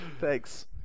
Thanks